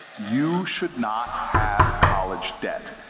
you should not have college debt.